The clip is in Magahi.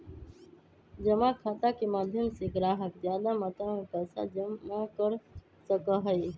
जमा खाता के माध्यम से ग्राहक ज्यादा मात्रा में पैसा जमा कर सका हई